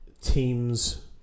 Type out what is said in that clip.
teams